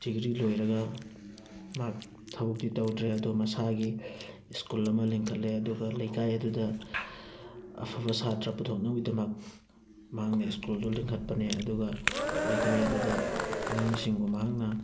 degree ꯂꯣꯏꯔꯒ ꯃꯍꯥꯛ ꯊꯕꯛꯇꯤ ꯇꯧꯗ꯭ꯔꯦ ꯑꯗꯣ ꯃꯁꯥꯒꯤ ꯏꯁꯀꯨꯜ ꯑꯃ ꯂꯤꯡꯈꯠꯂꯦ ꯑꯗꯨꯒ ꯂꯩꯀꯥꯏ ꯑꯗꯨꯗ ꯑꯐꯕ ꯁꯥꯇ꯭ꯔ ꯄꯨꯊꯣꯛꯅꯕꯒꯤꯗꯃꯛ ꯃꯍꯥꯛꯅ ꯏꯁꯀꯨꯜꯗꯨ ꯂꯤꯡꯈꯠꯄꯅꯦ ꯑꯗꯨꯒ ꯂꯩꯀꯥꯏ ꯑꯗꯨꯗ ꯑꯉꯥꯡꯁꯤꯡꯕꯨ ꯃꯍꯥꯛꯅ